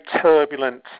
turbulent